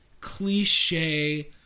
cliche